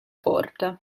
porta